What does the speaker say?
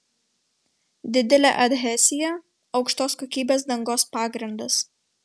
didelė adhezija aukštos kokybės dangos pagrindas